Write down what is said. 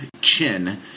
chin